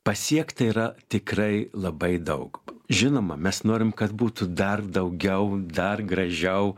pasiekta yra tikrai labai daug žinoma mes norim kad būtų dar daugiau dar gražiau